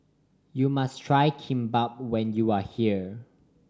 you must try Kimbap when you are here